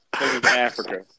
Africa